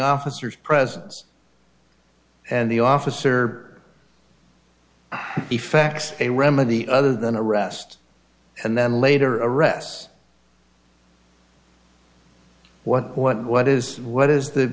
officers presence and the officer effects a remedy other than a rest and then later arrests what what is what is the